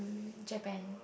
Japan